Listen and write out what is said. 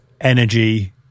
energy